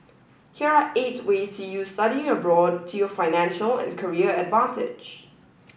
here are eight ways to use studying abroad to your financial and career advantage